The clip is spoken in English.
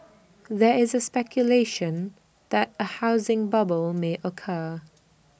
there is speculation that A housing bubble may occur